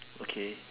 okay